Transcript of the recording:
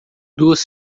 duas